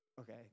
Okay